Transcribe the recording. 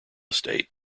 estate